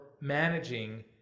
managing